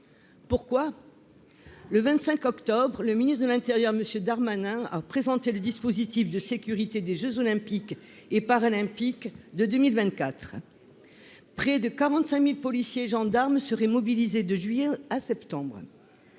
pourquoi le 25 octobre le ministre de l'Intérieur, monsieur Darmanin a présenté le dispositif de sécurité des Jeux olympiques et paralympiques de 2024 près de 45000 policiers et gendarmes seraient mobilisés de juillet à septembre